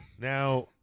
Now